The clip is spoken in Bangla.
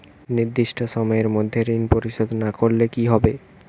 নির্দিষ্ট সময়ে মধ্যে ঋণ পরিশোধ না করলে কি হবে?